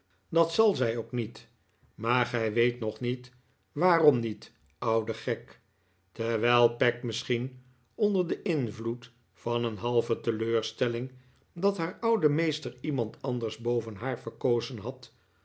dat zal zij ook niet maar gij weet nog niet waarom niet oude gek terwijl peg misschien onder den invloed van een halve teleurstelling dat haar oude meester iemand anders boven haar verkozen had